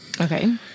Okay